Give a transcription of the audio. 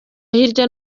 hirya